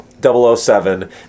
007